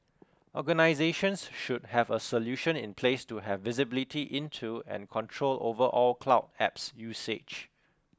organisations should have a solution in place to have visibility into and control over all cloud apps usage